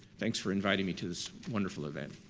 thanks for inviting me to this wonderful event.